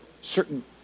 certain